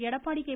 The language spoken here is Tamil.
எடப்பாடி கே